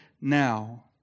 now